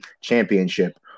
Championship